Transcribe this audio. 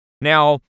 Now